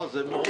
לא, זה מרובעים.